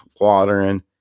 watering